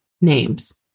names